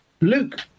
Luke